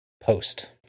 Post